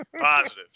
Positive